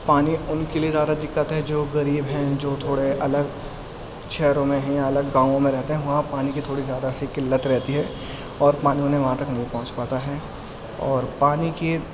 پانی ان کے لیے زیادہ دقت ہے جو غریب ہیں جو تھوڑے الگ شہروں میں ہیں یا الگ گاؤں میں رہتے ہیں وہاں پانی کی تھوڑی زیادہ سی قلت رہتی ہے اور پانی انہیں وہاں تک نہیں پہنچ پاتا ہیں اور پانی کی